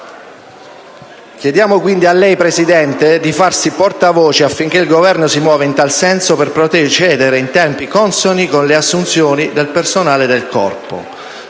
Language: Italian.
Chiediamo quindi a lei, signor Presidente, di farsi portavoce affinché il Governo si muova in tal senso, per procedere in tempi consoni con le assunzioni del personale del Corpo.